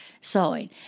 sewing